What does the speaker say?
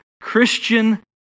Christian